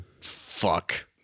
fuck